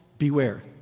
Beware